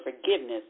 forgiveness